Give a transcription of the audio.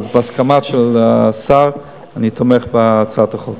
אבל בהסכמה של השר אני תומך בהצעת החוק.